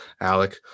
alec